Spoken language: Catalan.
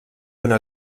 una